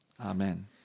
Amen